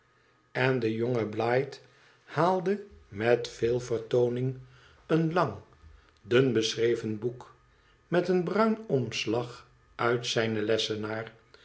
n de jonge biight haalde met veel vertooning een lang dun beschreven boek met een bruin omslag uit zijn lessenaar